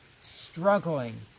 struggling